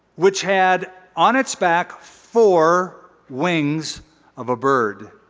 which had on its back, for wings of a bird.